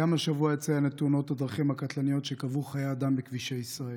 גם השבוע אציין את תאונות הדרכים הקטלניות שגבו חיי אדם בכבישי ישראל.